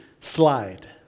Slide